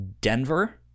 Denver